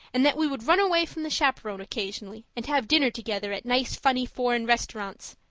and that we would run away from the chaperon occasionally and have dinner together at nice, funny, foreign restaurants.